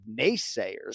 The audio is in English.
naysayers